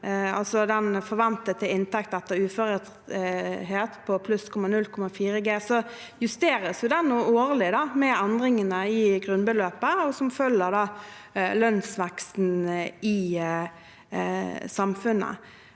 forventet inntekt etter uførhet, på 0,4 G, justeres den årlig med endringene i grunnbeløpet, som følger lønnsveksten i samfunnet.